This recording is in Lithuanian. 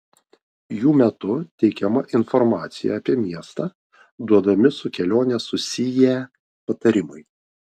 jų metu teikiama informacija apie miestą duodami su kelione susiję patarimai